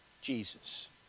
Jesus